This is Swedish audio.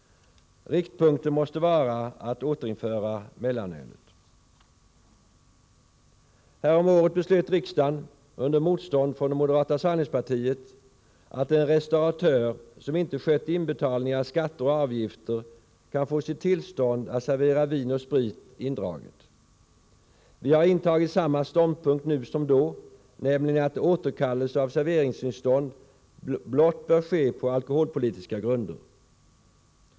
Riktpunkten måste vara att återinföra mellanölet. Häromåret beslöt riksdagen, under motstånd från moderata samlingspartiet, att en restauratör som inte skött inbetalningen av skatter och avgifter kan få sitt tillstånd att servera vin och sprit indraget. Vi har intagit samma ståndpunkt nu som då, nämligen att återkallelse av serveringstillstånd blott bör ske på alkoholpolitiska grunder.